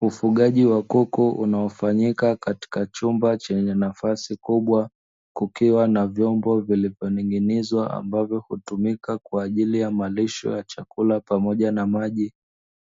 Ufugaji wa kuku unaofanyika katika chumba chenye nafasi kubwa, kukiwa na vyombo vilivyotengenezwa ambavyo hutumika kwa ajili ya malisho ya chakula pamoja na maji,